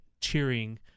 cheering